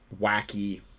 wacky